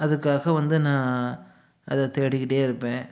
அதுக்காக வந்து நான் அதை தேடிக்கிட்டே இருப்பேன்